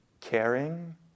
caring